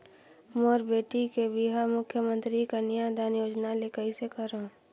मोर बेटी के बिहाव मुख्यमंतरी कन्यादान योजना ले कइसे करव?